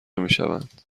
میشوند